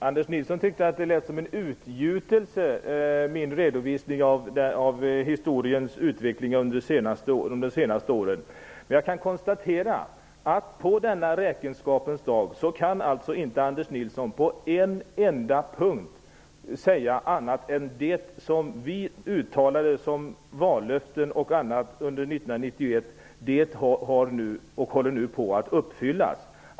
Herr talman! Anders Nilsson tycker att min redovisning av historiens utveckling under det senaste året lät som en utgjutelse. Jag kan ändå konstatera att Anders Nilsson på denna räkenskapens dag inte på en enda punkt kan säga annat än att det som vi uttalade som vallöften under 1991 nu håller på att uppfyllas.